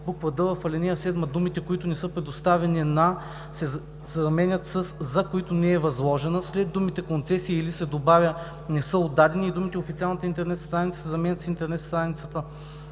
д) в ал. 7 думите „които не са предоставени на“ се заменят със „за които не е възложена“, след думите „концесия или“ се добавя „не са отдадени“ и думите „официалната интернет страница“ се заменят с „интернет страницата“;